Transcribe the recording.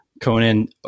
Conan